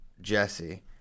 Jesse